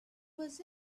was